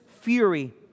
fury